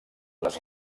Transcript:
les